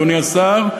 אדוני השר,